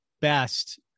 best